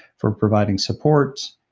for providing supports,